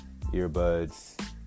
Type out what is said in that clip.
earbuds